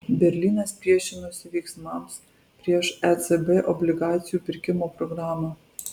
berlynas priešinosi veiksmams prieš ecb obligacijų pirkimo programą